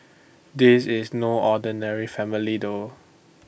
this is no ordinary family though